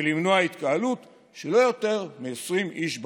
ולמנוע התקהלות של לא יותר מ-20 איש בחוץ.